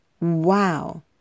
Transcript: Wow